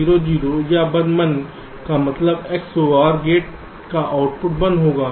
0 0 या 1 1 का मतलब XNOR गेट का आउटपुट 1 होगा